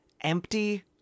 empty